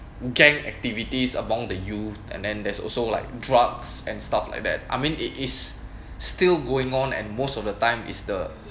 gang activities among the youth and then there's also like drugs and stuff like that I mean it is still going on and most of the time is the